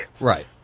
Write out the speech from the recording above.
right